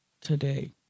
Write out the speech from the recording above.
today